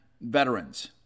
veterans